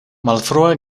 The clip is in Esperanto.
malfrua